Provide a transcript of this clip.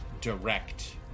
direct